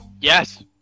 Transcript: Yes